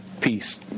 peace